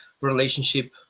relationship